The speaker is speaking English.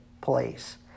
place